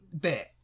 bit